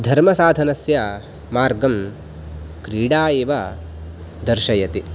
धर्मसाधनस्य मार्गं क्रीडा एव दर्शयति